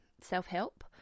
self-help